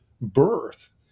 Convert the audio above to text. birth